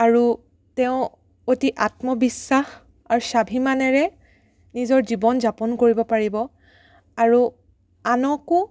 আৰু তেওঁ অতি আত্মবিশ্বাস আৰু স্বাভিমানেৰে নিজৰ জীৱন যাপন কৰিব পাৰিব আৰু আনকো